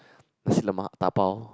nasi-lemak dabao